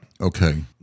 Okay